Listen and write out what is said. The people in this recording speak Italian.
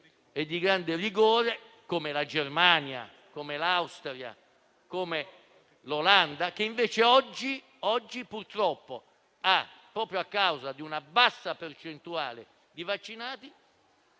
e di grande rigore, come la Germania, l'Austria e l'Olanda, che invece oggi, purtroppo, proprio a causa di una bassa percentuale di vaccinati,